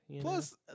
Plus